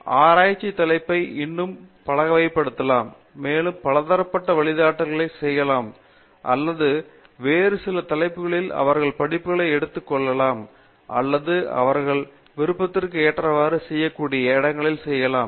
ஆராய்ச்சி தலைப்பை இன்னும் பலவகைப்படுத்தலாம் மேலும் பலதரப்பட்ட வழிகாட்டுதல்களை செய்யலாம் அல்லது வேறு சில தலைப்புகளில் அவர்கள் படிப்புகளை எடுத்துக் கொள்ளலாமா அல்லது அவர்களது விருப்பத்திற்கு ஏற்றவாறு செய்யக்கூடிய இடங்களையோ செய்யலாம்